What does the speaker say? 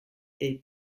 est